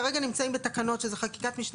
אנחנו כרגע נמצאים בתקנות שזו חקיקת משנה